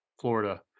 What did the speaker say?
Florida